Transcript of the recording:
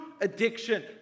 addiction